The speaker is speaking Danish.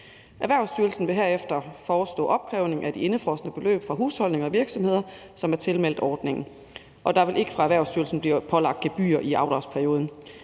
Erhvervsstyrelsen vil herefter forestå opkrævning af de indefrosne beløb fra husholdninger og virksomheder, som er tilmeldt ordningen, og der vil ikke fra Erhvervsstyrelsens side blive pålagt gebyrer i afdragsperioden.